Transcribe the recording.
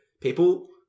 people